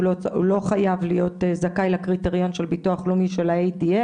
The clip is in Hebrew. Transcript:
הוא לא חייב להיות זכאי לקריטריון של ביטוח לאומי של ה-ADL,